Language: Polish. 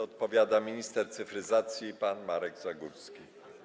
Odpowiada minister cyfryzacji pan Marek Zagórski.